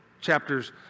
chapters